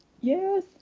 yes